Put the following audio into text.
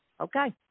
Okay